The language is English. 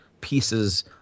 pieces